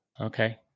Okay